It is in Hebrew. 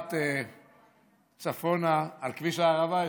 מאילת צפונה על כביש הערבה,